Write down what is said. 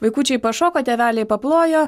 vaikučiai pašoko tėveliai paplojo